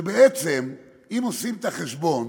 ובעצם, אם עושים את החשבון,